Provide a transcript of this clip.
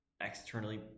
externally